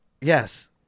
yes